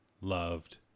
loved